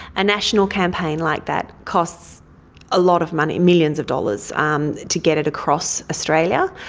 a national campaign like that costs a lot of money, millions of dollars, um to get it across australia,